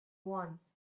once